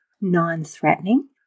non-threatening